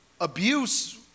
abuse